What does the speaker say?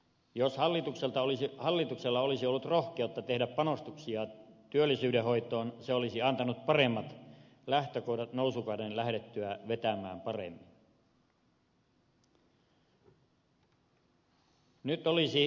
jos hallituksella olisi ollut rohkeutta tehdä panostuksia työllisyyden hoitoon se olisi antanut paremmat lähtökohdat nousukauden lähdettyä vetämään paremmin